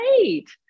Great